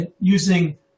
using